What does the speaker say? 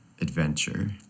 adventure